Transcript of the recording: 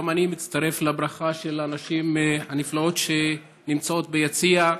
גם אני מצטרף לברכה לנשים הנפלאות שנמצאות ביציע.